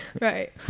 Right